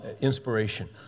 inspiration